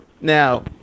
now